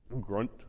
Grunt